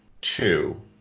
two